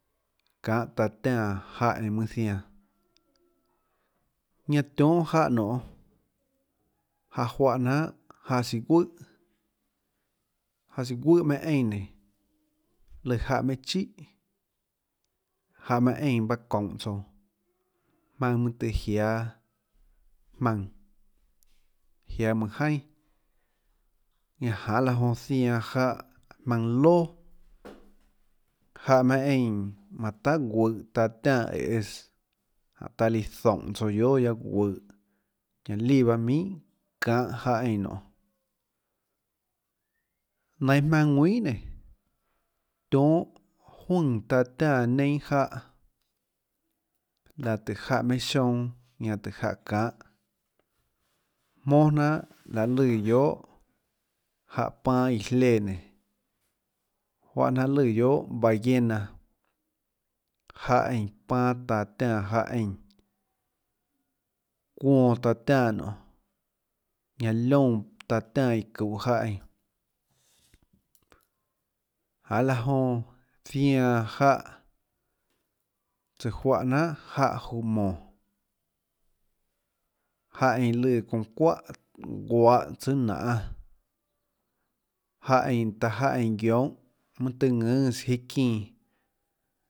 Çanhâ taã tiánã jáhã mønâ zianã ñanã tionhâ jáhã nionê jáhã juáhã jnanhà siã guùhà jáhã siã guùhàmeinhâ eínã nénå lùã jáhã meinhâ chíhà jáhã meinhâ eínã paâ çounhå tsouå maønâ mønâ tøê jiáâ maønã jiáâ mønâ jainà ñanâ janê laã jonã zianã jáhã maønã loà jáhã meinhâ eínã manã tahà guøhå taã tiánã æês, jánhã taã líã zoúnhå tsouã guiohàs guianâ guøhå ñanã líã paâ minhà çanhâ jáhã eínã nionê, nainhå maønã ðuinhà nénå tionhâ juønè taã tiánã neinâ jáhã laã tùhå jáhã meinhâ sionâ, ñanã tùh jáhã çanhâ, jmóà jnanà liaê lùã guiohà jáhã panâ iã jléã nénå juáhà jnahà lùã guiohà ballena jáhã eínã panâ taã tiánã jáhã eínã çuonã taã tiánã nonê ñanã loúnã taã tiánã iã çuhå jáh eínã, janê laã jonã zianã tsøã juáhã jnanhà nionê juhå mónå, jáhã eínã lùã çuounã çuáhà guahå tsùâ nanê, jáhã eínã jáhã taã guionhâ mønâ tøê mønâ tøâ ðùnâ iâ çinã